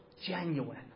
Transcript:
genuine